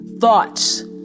thoughts